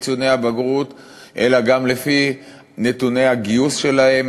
ציוני הבגרות אלא גם לפי נתוני הגיוס שלהם,